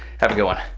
have a good one,